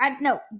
no